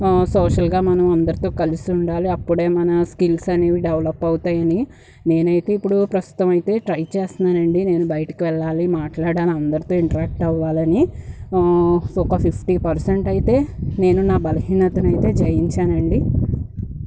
సోషల్గా మనం అందరితో కలిసి ఉండాలి అప్పుడే స్కిల్స్ అనేవి డెవలప్ అవుతాయని నేనైతే ఇప్పుడు ప్రస్తుతమైతే ట్రై చేస్తున్నానండి నేను బయటకు వెళ్ళాలి మాట్లాడాలి అందరితో ఇంటరాక్ట్ అవ్వాలని సో ఒక ఫిఫ్టీ పర్సెంట్ అయితే నేను నా బలహీనతను అయితే జయించానండి